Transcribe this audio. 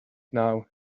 now